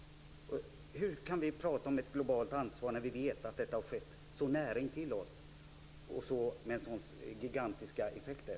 Hur kan vi tala om ett globalt ansvar, när vi vet att detta har skett så nära intill oss och med så gigantiska effekter?